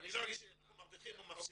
ואני לא אגיד אם אנחנו מרוויחים או מפסידים,